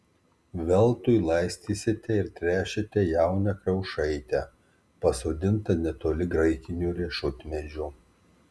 veltui laistysite ir tręšite jauną kriaušaitę pasodintą netoli graikinio riešutmedžio